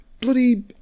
bloody